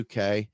UK